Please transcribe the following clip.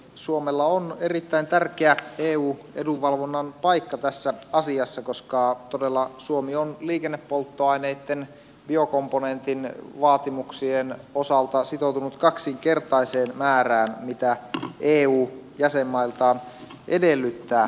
suomella on erittäin tärkeä eu edunvalvonnan paikka tässä asiassa koska todella suomi on liikennepolttoaineitten biokomponentin vaatimuksien osalta sitoutunut kaksinkertaiseen määrään verrattuna siihen mitä eu jäsenmailtaan edellyttää